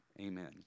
Amen